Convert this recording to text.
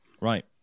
Right